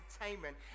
entertainment